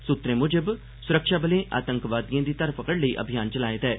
सुत्तरें मुजब सुरक्षाबलें आतंकवादिएं दी घर पकड़ लेई अभियान चलाए दा ऐ